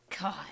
God